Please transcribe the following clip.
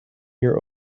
your